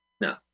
No